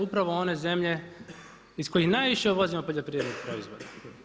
Upravo one zemlje iz kojih najviše uvozimo poljoprivrednih proizvoda.